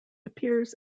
appears